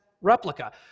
replica